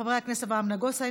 חבר הכנסת אברהם נגוסה,